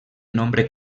nombre